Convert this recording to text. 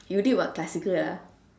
you did what classical ah